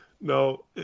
No